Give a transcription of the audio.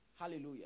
Hallelujah